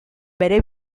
bere